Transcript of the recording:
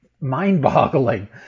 mind-boggling